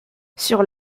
sur